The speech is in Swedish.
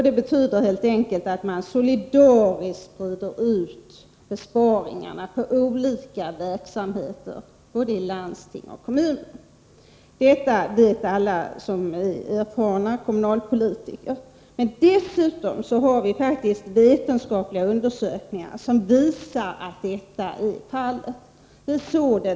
Det betyder helt enkelt att man solidariskt sprider ut besparingarna på olika verksamheter både i landsting och i kommuner. Detta vet alla erfarna kommunalpolitiker. Dessutom finns det vetenskapliga undersökningar som visar att detta är fallet.